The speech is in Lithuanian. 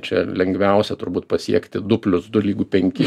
čia lengviausia turbūt pasiekti du plius du lygu penki